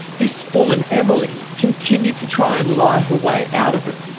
this woman emily continue to try and lie her way out of it.